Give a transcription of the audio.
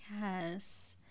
Yes